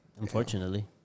Unfortunately